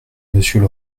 monsieur